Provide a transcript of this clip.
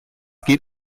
geht